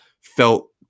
felt